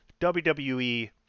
WWE